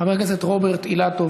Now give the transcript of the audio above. חבר הכנסת רוברט אילטוב,